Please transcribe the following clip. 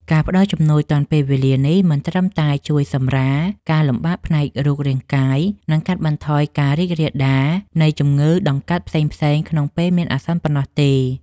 ការផ្ដល់ជំនួយទាន់ពេលវេលានេះ មិនត្រឹមតែជួយសម្រាលការលំបាកផ្នែករូបរាងកាយ និងកាត់បន្ថយការរីករាលដាលនៃជំងឺដង្កាត់ផ្សេងៗក្នុងពេលមានអាសន្នប៉ុណ្ណោះទេ។